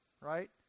right